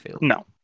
No